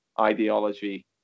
ideology